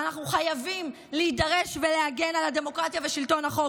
ואנחנו חייבים להידרש ולהגן על הדמוקרטיה ושלטון החוק,